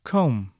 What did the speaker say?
Comb